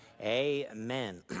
amen